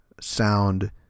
sound